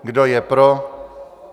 Kdo je pro?